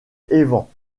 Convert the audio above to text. evans